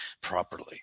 properly